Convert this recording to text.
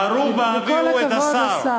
נו, מהרו והביאו את השר.